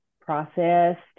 processed